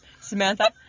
Samantha